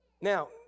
Now